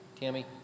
Tammy